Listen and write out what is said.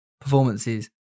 performances